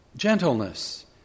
gentleness